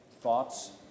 thoughts